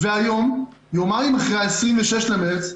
והיום, יומיים אחרי ה-26 במרץ,